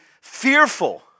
fearful